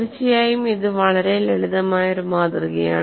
തീർച്ചയായും ഇത് വളരെ ലളിതമായ ഒരു മാതൃകയാണ്